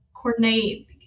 coordinate